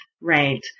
Right